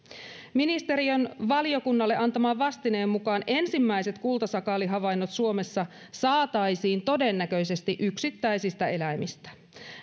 ministeriön valiokunnalle antaman vastineen mukaan ensimmäiset kultasakaalihavainnot suomessa saataisiin todennäköisesti yksittäisistä elämistä